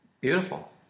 beautiful